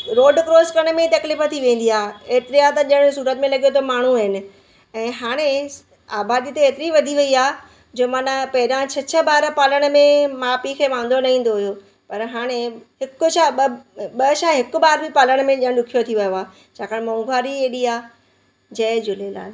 road cross करने में ई तकलीफ़ थी वेंदी आहे एतिरा त ॼण सूरत में लॻे थो माण्हू आहिनि ऐं हाणे आबादी त हेतिरी वधी वई आहे जो माना पहिरियां छह छह ॿार पालण में माउ पीउ खे वांदो न ईंदो हुयो पर हाणे हिकु छा ब ॿ छा हिकु ॿार बि पालण में ॼण ॾुखियो थी वियो आहे छाकाणि महुबारी ई हेॾी आहे जय झूलेलाल